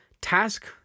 task